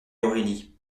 aurélie